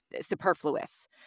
superfluous